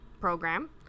program